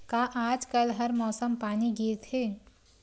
का आज कल हर मौसम पानी गिरथे?